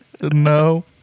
No